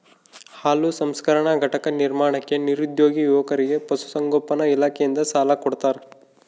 ಹಾಲು ಸಂಸ್ಕರಣಾ ಘಟಕ ನಿರ್ಮಾಣಕ್ಕೆ ನಿರುದ್ಯೋಗಿ ಯುವಕರಿಗೆ ಪಶುಸಂಗೋಪನಾ ಇಲಾಖೆಯಿಂದ ಸಾಲ ಕೊಡ್ತಾರ